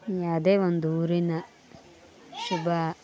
ಅದೇ ಒಂದು ಊರಿನ ಶುಭ